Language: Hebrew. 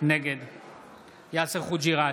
נגד יאסר חוג'יראת,